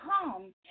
come